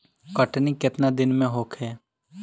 कटनी केतना दिन में होखे?